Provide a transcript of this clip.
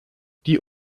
die